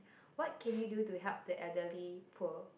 what can you do to help the elderly poor